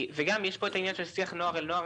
גם יש פה את העניין של שיח נוער אל נוער,